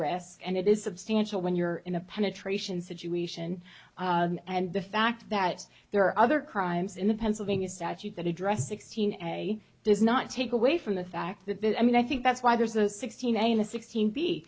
risk and it is substantial when you're in a penetration situation and the fact that there are other crimes in the pennsylvania statute that address exchange does not take away from the fact that i mean i think that's why there's a sixteen and a sixteen be